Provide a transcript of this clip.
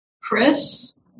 Chris